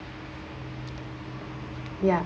ya